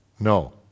No